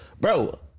bro